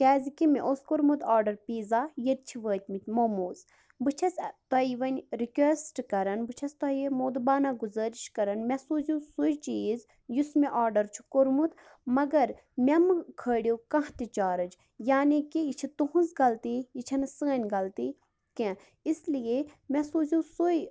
کیٛازکہِ مےٚ اوس کوٚرمُت آرڈر پیٖزا ییٚتہِ چھِ وٲتۍ متۍ موموز بہٕ چھَس تۄہہِ وۄنۍ رِکیٛوسٹہٕ کران بہٕ چھَس تۄہہِ مودبانہ گُزٲرِش کران مےٚ سوٗزِو سُے چیٖز یُس مےٚ آرڈر چھُ کوٚرمُت مگر مےٚ مہٕ کھٲڑِو کانٚہہ تیِ چارٕج یعنی کہِ یہِ چھِ تُہنٛز غلطی یہِ چھَنہٕ سٲنۍ غلطی کیٚنٛہہ اِس لیے مےٚ سوٗزٕو سُے